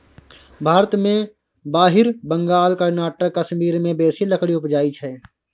भारत मे बिहार, बंगाल, कर्नाटक, कश्मीर मे बेसी लकड़ी उपजइ छै